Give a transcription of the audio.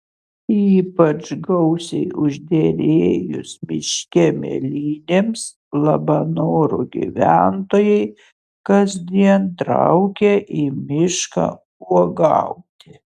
ypač gausiai užderėjus miške mėlynėms labanoro gyventojai kasdien traukia į mišką uogauti